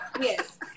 yes